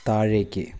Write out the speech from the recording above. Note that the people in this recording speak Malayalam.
താഴേയ്ക്ക്